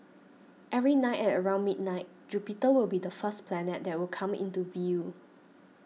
every night at around midnight Jupiter will be the first planet that will come into view